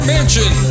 Mansion